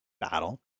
battle